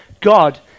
God